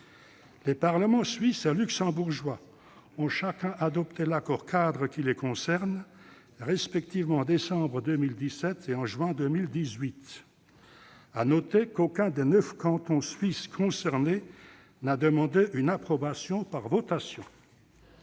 Les parlements suisse et luxembourgeois ont chacun adopté l'accord-cadre qui les concerne, respectivement en décembre 2017 et en juin 2018. À noter qu'aucun des neuf cantons suisses concernés n'a demandé une approbation par votation.